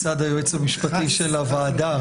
אנחנו נמצאים בהצעת חוק מטעם הוועדה,